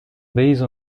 base